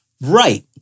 Right